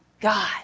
God